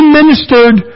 ministered